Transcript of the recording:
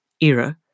era